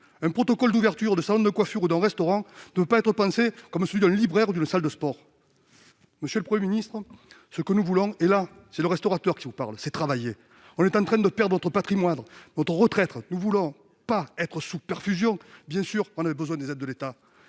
Le protocole d'ouverture d'un salon de coiffure ou d'un restaurant ne peut pas être pensé comme celui d'une librairie ou d'une salle de sport. Monsieur le Premier ministre, ce que nous voulons- c'est le restaurateur qui vous parle -, c'est travailler ! Nous sommes en train de perdre notre patrimoine, notre retraite. Nous ne voulons pas être sous perfusion, même si nous avons bien sûr besoin des aides de l'État